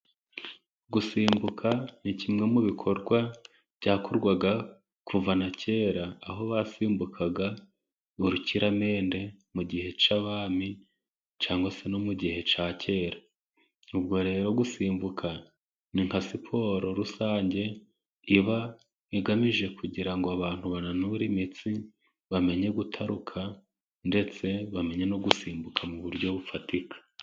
Gusimbuka ni kimwe mu bikorwa byakorwaga kuva na kera, aho basimbukaga urukiramende mu gihe cy'abami cyangwa se no mu gihe cya kera. Ubwo rero gusimbuka ni nka siporo rusange, iba igamije kugira ngo abantu bananure imitsi, bamenye gutaruka ndetse bamenye no gusimbuka mu buryo bufatika.